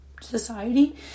society